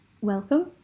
welcome